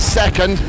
second